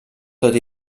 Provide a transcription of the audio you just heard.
tot